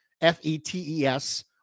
F-E-T-E-S